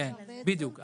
בדיוק.